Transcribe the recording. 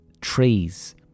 trees